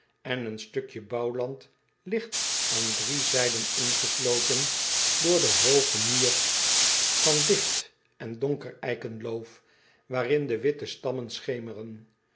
en een stukje bouwland ligt aan drie zijden ingesloten door den hoogen muur van digt en donker eikenloof waarin de witte stammen schemeren